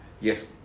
yes